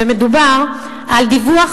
ומדובר על דיווח